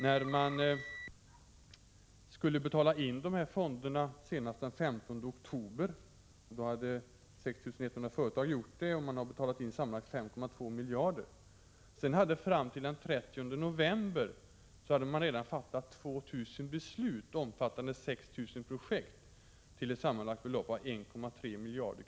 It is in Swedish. När pengar skulle betalas in till dessa fonder senast den 15 oktober hade 6 100 företag betalat in sammanlagt 5,2 miljarder. Fram till den 30 november hade 2 000 beslut fattats omfattande 6 000 projekt till ett sammanlagt belopp på 1,3 miljarder.